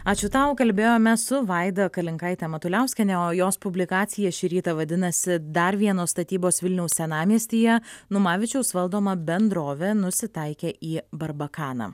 ačiū tau kalbėjome su vaida kalinkaite matuliauskiene o jos publikacija šį rytą vadinasi dar vienos statybos vilniaus senamiestyje numavičiaus valdoma bendrovė nusitaikė į barbakaną